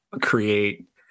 create